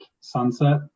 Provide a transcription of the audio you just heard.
sunset